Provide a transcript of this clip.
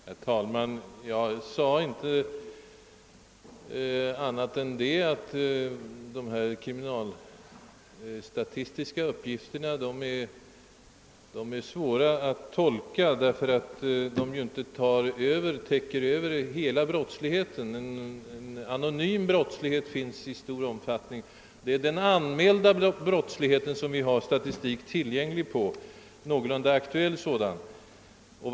Herr talman! Jag sade inte annat än att de kriminalstatistiska uppgifterna är svåra att tolka, eftersom de inte täcker över hela brottsligheten; en anonym; oregistrerad brottslighet finns säkert i stor omfattning. Det är endast över den anmälda brottsligheten vi har någorlunda aktuell statistik tillgänglig.